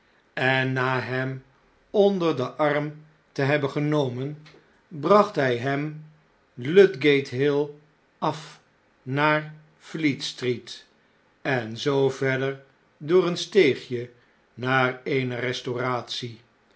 en na hem onder den arm te hebben genomen bracht hij hem ludgate hill af naar fleetstreet en zoo verder door een steegje naar eene restauratie